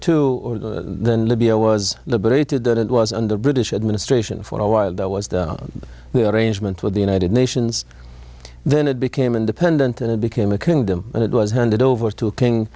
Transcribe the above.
to then libya was liberated that it was under british administration for a while that was the arrangement with the united nations then it became independent and it became a kingdom and it was handed over to king